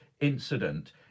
incident